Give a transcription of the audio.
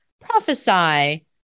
Prophesy